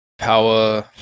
power